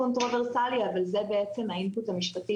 מאוד קונטרוברסלי אבל זה בעצם האינפוט המשפטי